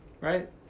Right